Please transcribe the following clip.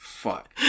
fuck